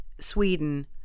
Sweden